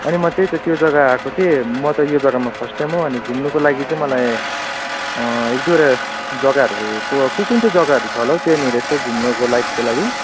अनि त्यही त म त्यो जग्गा आएको थिएँ म त यो जग्गामा फर्स्ट टाइम हो अनि घुम्नुको लागि चाहिँ मलाई एक दुईवटा जग्गाहरूको कुन कुन चाहिँ जग्गाहरू छ होला हौ त्यहाँनिर यसो घुम्नको लाइकको लागि